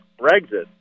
brexit